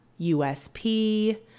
USP